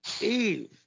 Eve